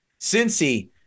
Cincy